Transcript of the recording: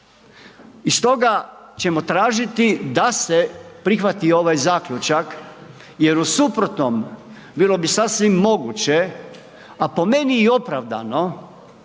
I stoga ćemo tražiti da se prihvati ovaj zaključak jer u suprotnom bilo bi sasvim moguće, a po meni i opravdano